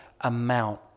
amount